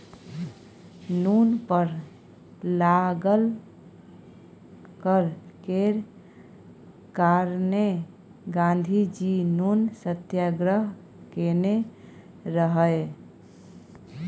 नुन पर लागल कर केर कारणेँ गाँधीजी नुन सत्याग्रह केने रहय